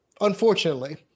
unfortunately